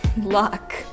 luck